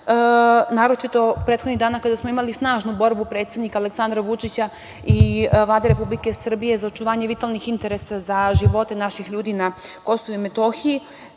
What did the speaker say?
naročito prethodnih dana kada smo imali snažnu borbu predsednika Aleksandra Vučića i Vlade Republike Srbije za očuvanje vitalnih interesa za živote naših ljudi na KiM.Sa